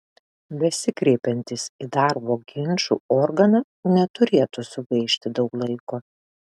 besikreipiantys į darbo ginčų organą neturėtų sugaišti daug laiko